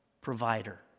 provider